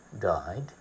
died